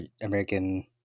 american